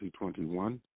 2021